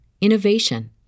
innovation